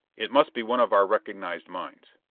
it must be one of our recognized mines.